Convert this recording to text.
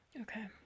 Okay